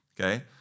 okay